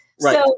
Right